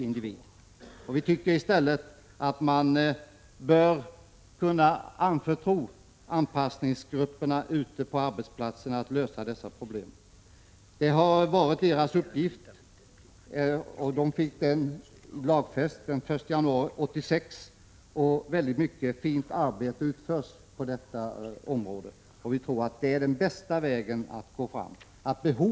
Utskottet tycker att man bör kunna anförtro åt anpassningsgrupperna ute på arbetsplatserna att lösa dessa problem. Det har varit deras uppgift, som de fick lagfäst den 1 januari 1986. Mycket fint arbete utförs på detta område, och vi tror det är den bästa vägen.